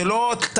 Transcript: אלה לא טענות.